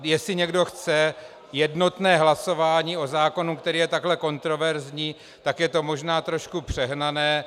Jestli někdo chce jednotné hlasování o zákonu, který je takhle kontroverzní, tak je to možná trošku přehnané.